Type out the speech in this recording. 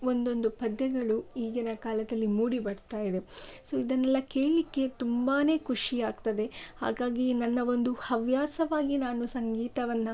ಒಂದೊಂದು ಪದ್ಯಗಳು ಈಗಿನ ಕಾಲದಲ್ಲಿ ಮೂಡಿ ಬರ್ತಾಯಿದೆ ಸೊ ಇದನ್ನೆಲ್ಲ ಕೇಳಲಿಕ್ಕೆ ತುಂಬಾ ಖುಷಿ ಆಗ್ತದೆ ಹಾಗಾಗಿ ನನ್ನ ಒಂದು ಹವ್ಯಾಸವಾಗಿ ನಾನು ಸಂಗೀತವನ್ನು